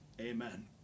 amen